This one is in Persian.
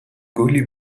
گلی